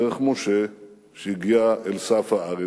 דרך משה שהגיע אל סף הארץ,